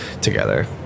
together